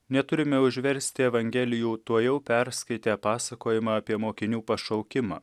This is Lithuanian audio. neturime užversti evangelijų tuojau perskaitė pasakojimą apie mokinių pašaukimą